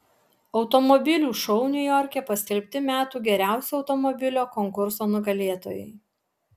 automobilių šou niujorke paskelbti metų geriausio automobilio konkurso nugalėtojai